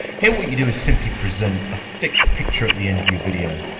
here what you do is simply present a fixed picture at the end of your video,